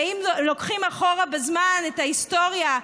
ואם לוקחים אחורה בזמן את ההיסטוריה,